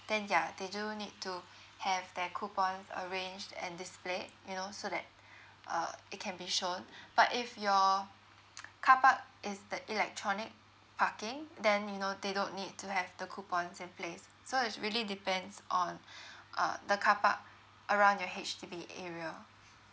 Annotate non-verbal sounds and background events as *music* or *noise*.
then ya they do need to have their coupons arranged and displayed you know so that uh it can be shown but if your *noise* carkpark is the electronic parking then you know they don't need to have the coupons in place so it's really depends on uh the carpark around your H_D_B area